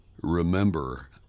remember